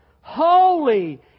holy